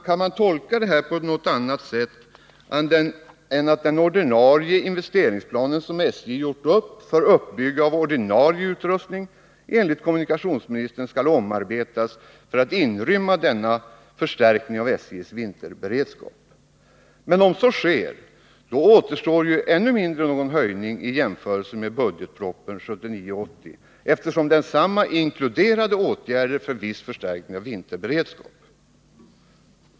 Kan man tolka detta på annat sätt än så att den ordinarie investeringsplanen, som SJ gjort för uppbyggnad av ordinarie utrustning, enligt kommunikatiohsministern skall omarbetas för att inrymma denna förstärkning av SJ:s vinterberedskap? Men om så sker återstår ännu mindre ser åt SJ någon höjning i jämförelse med budgetpropositionen 1979/80, eftersom densamma inkluderade åtgärder för viss förstärkning av vinterberedskap.